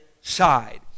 side